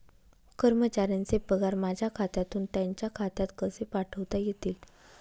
कर्मचाऱ्यांचे पगार माझ्या खात्यातून त्यांच्या खात्यात कसे पाठवता येतील?